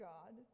God